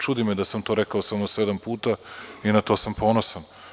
Čudi me da sam to rekao samo sedam puta i na to sam ponosan.